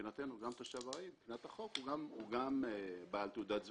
מבחינתנו גם תושב ארעי מבחינת החוק הוא בעל תעודת זהות.